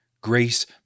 Grace